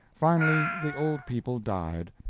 finally, the old people died.